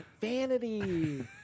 Vanity